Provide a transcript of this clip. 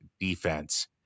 defense